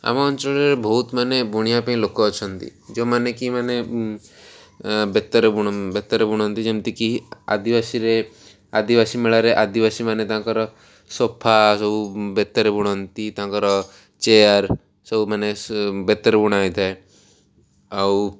ଆମ ଅଞ୍ଚଳରେ ବହୁତ ମାନେ ବୁଣିବା ପାଇଁ ଲୋକ ଅଛନ୍ତି ଯେଉଁମାନେ କି ମାନେ ବେତରେ ବୁଣ ବେତରେ ବୁଣନ୍ତି ଯେମିତିକି ଆଦିବାସୀରେ ଆଦିବାସୀ ମେଳାରେ ଆଦିବାସୀ ମାନେ ତାଙ୍କର ସୋଫା ସବୁ ବେତରେ ବୁଣନ୍ତି ତାଙ୍କର ଚେୟାର୍ ସବୁ ମାନେ ବେତରେ ବୁଣା ହୋଇଥାଏ ଆଉ